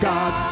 God